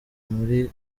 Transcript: muri